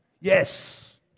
Yes